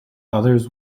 others